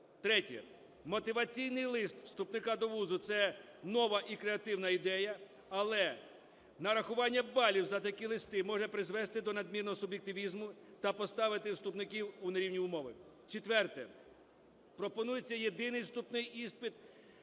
Третє. Мотиваційний лист вступника до вузу – це нова і креативна ідея, але нарахування балів за такі листи може призвести до неодмінно суб'єктивізму та поставити вступників у нерівні умови. Четверте. Пропонується єдиний вступний іспит